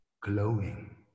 Glowing